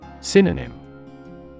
Synonym